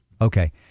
Okay